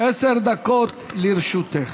עשר דקות לרשותך.